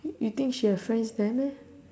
y~ you think she have friends there meh